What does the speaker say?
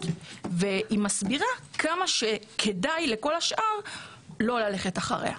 החינוכיות שבה הסבירה עד כמה כדאי לכל האשר לא ללכת אחריה.